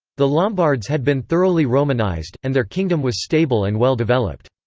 the lombards had been thoroughly romanized, and their kingdom was stable and well developed.